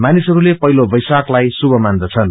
मानिसहरूको पहिलो वैसाखलाई शुभ मान्दछन्